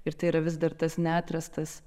ir tai yra vis dar tas neatrastas